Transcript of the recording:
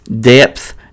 depth